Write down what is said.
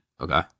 Okay